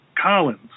Collins